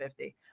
50